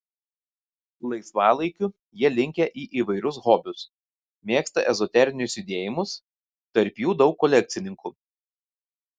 laisvalaikiu jie linkę į įvairius hobius mėgsta ezoterinius judėjimus tarp jų daug kolekcininkų